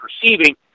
perceiving